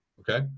okay